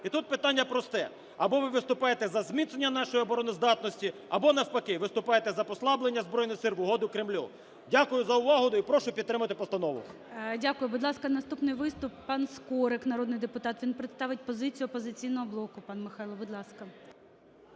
І тут питання просте: або ви виступаєте за зміцнення нашої обороноздатності, або навпаки виступаєте за послаблення Збройних Сил в угоду Кремлю. Дякую за увагу. Прошу підтримати постанову. ГОЛОВУЮЧИЙ. Дякую. Будь ласка, наступний виступ. Пан Скорик, народний депутат. Він представить позицію "Опозиційного боку". Пан Михайло, будь ласка.